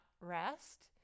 rest